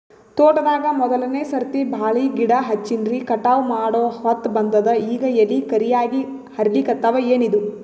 ತೋಟದಾಗ ಮೋದಲನೆ ಸರ್ತಿ ಬಾಳಿ ಗಿಡ ಹಚ್ಚಿನ್ರಿ, ಕಟಾವ ಮಾಡಹೊತ್ತ ಬಂದದ ಈಗ ಎಲಿ ಕರಿಯಾಗಿ ಹರಿಲಿಕತ್ತಾವ, ಏನಿದು?